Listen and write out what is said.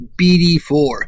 BD4